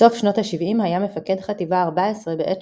בסוף שנות ה-70 היה מפקד חטיבה 14 בעת